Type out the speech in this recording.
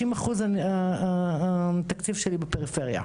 60% מהתקציב שלי הוא לפריפריה.